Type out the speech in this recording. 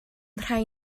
rhai